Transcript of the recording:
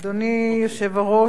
אדוני היושב-ראש,